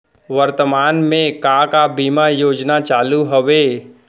वर्तमान में का का बीमा योजना चालू हवये